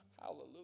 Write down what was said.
hallelujah